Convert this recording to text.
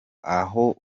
aho